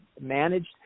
managed